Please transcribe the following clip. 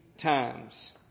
times